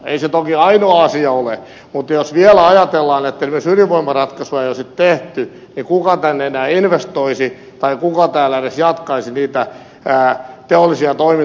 ei se toki ainoa asia ole mutta jos vielä ajatellaan että esimerkiksi ydinvoimaratkaisua ei olisi tehty niin kuka tänne enää investoisi tai kuka täällä edes jatkaisi niitä teollisia toimintoja jotka täällä ovat